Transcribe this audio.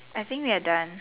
I think we are done